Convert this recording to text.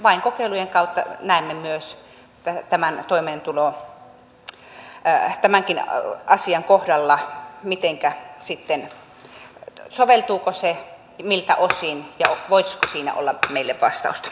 vain kokeilujen kautta näemme myös tämänkin asian kohdalla soveltuuko se miltä osin ja voisiko siinä olla meille vastausta